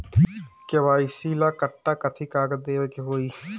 KYC ला कट्ठा कथी कागज देवे के होई?